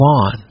on